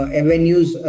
avenues